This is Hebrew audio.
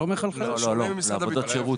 לא, לעבודות שירות